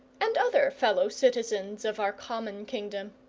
and other fellow-citizens of our common kingdom.